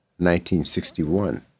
1961